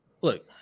look